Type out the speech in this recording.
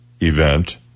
event